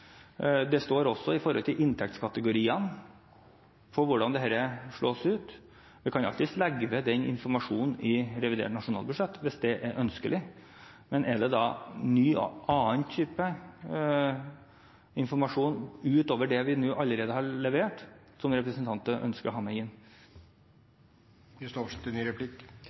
Det står også i forhold til inntektskategoriene hvordan dette slår ut. Jeg kan alltids legge den informasjonen ved revidert nasjonalbudsjett hvis det er ønskelig. Men er det da ny og annen type informasjon utover det vi nå allerede har levert, som representanten ønsker å ha med